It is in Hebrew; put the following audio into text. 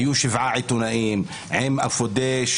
היו שבעה עיתונאים עם אפודים,